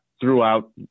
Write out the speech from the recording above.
throughout